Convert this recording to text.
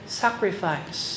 sacrifice